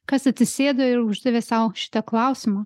kas atsisėdo ir uždavė sau šitą klausimą